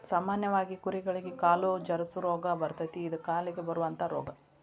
ಸಾಮಾನ್ಯವಾಗಿ ಕುರಿಗಳಿಗೆ ಕಾಲು ಜರಸು ರೋಗಾ ಬರತತಿ ಇದ ಕಾಲಿಗೆ ಬರುವಂತಾ ರೋಗಾ